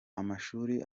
amashuri